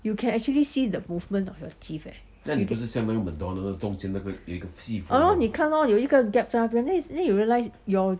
you can actually see the movement of your teeth eh !hannor! can lor 有个 gap 在那边 then then you realise your